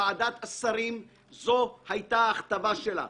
ועדת השרים זאת היתה הכתבה שלה.